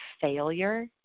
failure